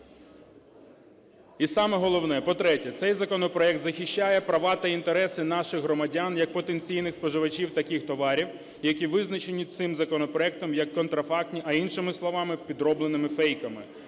І саме головне. По-третє, цей законопроект захищає права та інтереси наших громадян як потенційних споживачів таких товарів, які визначені цим законопроектом як контрафактні, а іншими словами, підробленими, фейками.